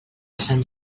sant